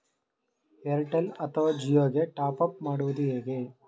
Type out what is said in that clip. Airtel ಅಥವಾ ಜಿಯೊ ಗೆ top up ಮಾಡುವುದು ಹೇಗೆ?